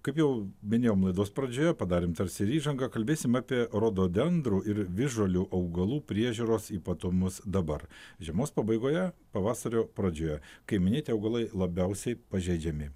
kaip jau minėjom laidos pradžioje padarėm tarsi ir įžanga kalbėsim apie rododendrų ir visžalių augalų priežiūros ypatumus dabar žiemos pabaigoje pavasario pradžioje kai minėti augalai labiausiai pažeidžiami